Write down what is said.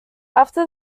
after